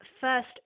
first